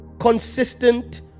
Consistent